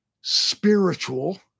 spiritual